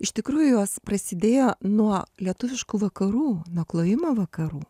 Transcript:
iš tikrųjų jos prasidėjo nuo lietuviškų vakarų nuo klojimo vakarų